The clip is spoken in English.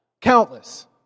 Countless